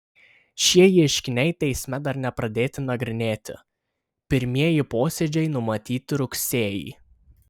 šie ieškiniai teisme dar nepradėti nagrinėti pirmieji posėdžiai numatyti rugsėjį